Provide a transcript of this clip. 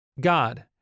God